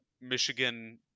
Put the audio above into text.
Michigan